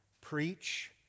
preach